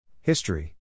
History